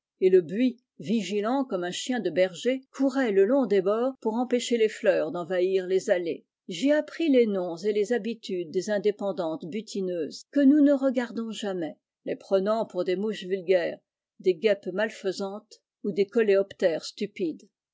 et le buis vigilant comme un chien de berger courait le long des bords pour empêcher les fleurs d'envahir les allées j'y appris les noms et les habitudes des indépendantes butineuses que nous ne regardons jamais les prenant pour des mouches vulgaires des guêpes malfaisantes ou des coléoptères stupides